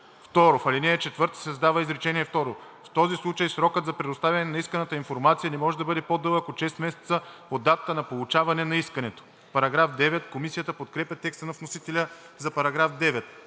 В ал. 4 се създава изречение второ: „В този случай срокът за предоставяне на исканата информация не може да бъде по-дълъг от 6 месеца от датата на получаване на искането.“ Комисията подкрепя текста на вносителя за § 9.